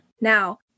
Now